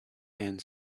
and